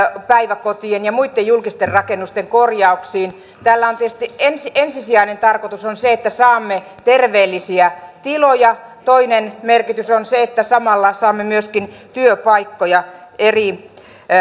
päiväkotien ja muitten julkisten rakennusten korjauksiin tällä on tietysti ensisijainen tarkoitus se että saamme terveellisiä tiloja toinen merkitys on se että samalla saamme myöskin työpaikkoja eri